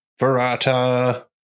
Verata